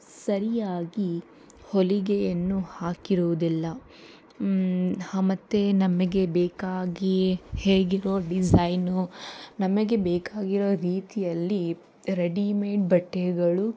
ಸರಿಯಾಗಿ ಹೊಲಿಗೆಯನ್ನು ಹಾಕಿರುವುದಿಲ್ಲ ಹಾಂ ಮತ್ತು ನಮಗೆ ಬೇಕಾಗಿಯೇ ಹೇಗೆಯೋ ಡಿಸೈನು ನಮಗೆ ಬೇಕಾಗಿರೋ ರೀತಿಯಲ್ಲಿ ರೆಡಿಮೇಡ್ ಬಟ್ಟೆಗಳು